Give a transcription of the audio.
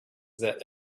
that